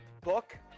book